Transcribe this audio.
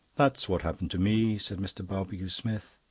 that's what happened to me, said mr. barbecue-smith.